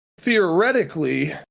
theoretically